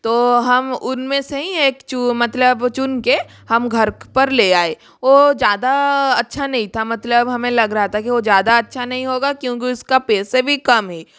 तो हम उन में से ही एक चू मतलब चुन के हम घर पर ले आए वह ज़्यादा अच्छा नहीं था मतलब हमें लग रहा था की वह ज़्यादा अच्छा नहीं होगा क्योंकि उसका पैसे भी कम है